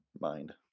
mind